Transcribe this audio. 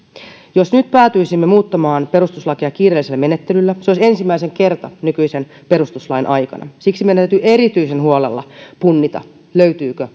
jos nyt päätyisimme muuttamaan perustuslakia kiireellisellä menettelyllä se olisi ensimmäinen kerta nykyisen perustuslain aikana siksi meidän täytyy erityisen huolella punnita löytyykö